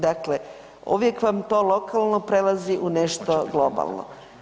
Dakle, uvijek vam to lokalno prelazi u nešto globalno.